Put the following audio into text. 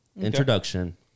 introduction